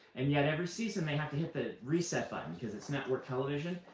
and yet every season they have to hit the reset button because it's network television,